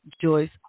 Joyce